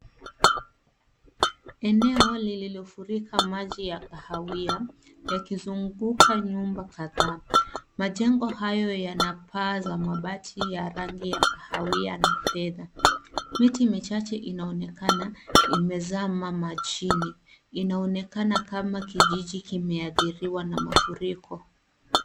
Eneo lililofurika maji ya kahawia yakizunguka nyumba kadhaa. Majengo hayo yana paa za mabati ya rangi ya kahawia na fedha. Miti michache inaonekana imezama majini. Inaonekana kama kijiji kimeathiriwa na mafuriko.